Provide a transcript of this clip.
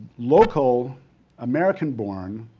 local american born